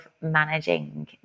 managing